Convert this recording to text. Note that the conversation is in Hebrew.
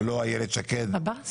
ולא יכול להיות שאילת שקד פועלת